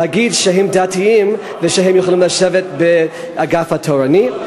להגיד שהם דתיים ושהם יכולים לשבת באגף התורני.